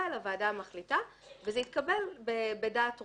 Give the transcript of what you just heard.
אלא ועדה מחליטה וזה יתקבל בדעת רוב.